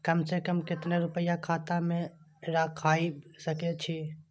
कम से कम केतना रूपया खाता में राइख सके छी?